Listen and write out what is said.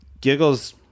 giggles